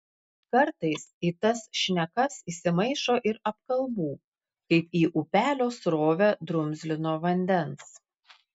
kartais į tas šnekas įsimaišo ir apkalbų kaip į upelio srovę drumzlino vandens